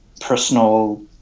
personal